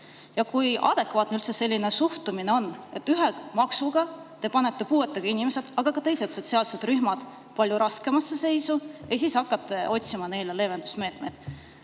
Kui adekvaatne selline suhtumine on, et ühe maksuga panete te puuetega inimesed, aga ka teised sotsiaalsed rühmad palju raskemasse seisu ja siis hakkate otsima neile leevendusmeetmeid?